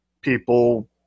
people